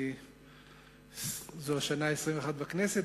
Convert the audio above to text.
אני זו השנה ה-21 בכנסת,